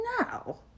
No